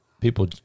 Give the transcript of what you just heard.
people